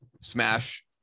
smash